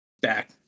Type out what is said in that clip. back